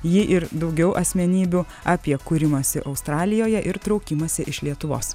jį ir daugiau asmenybių apie kūrimąsi australijoje ir traukimąsi iš lietuvos